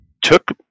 took